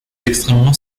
extrèmement